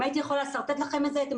אם הייתי יכולה לשרטט לכם את זה הייתם